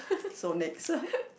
so next